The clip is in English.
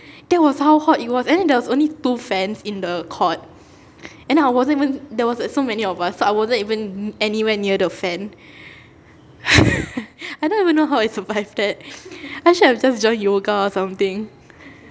that was how hot it was and there was only two fans in the court and then I wasn't even there was so many of us so I wasn't even anywhere near the fan I don't even know how I survived that I should have just joined yoga or something